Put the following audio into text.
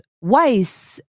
Weiss